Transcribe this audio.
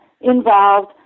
involved